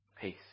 peace